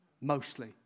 mostly